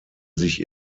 sich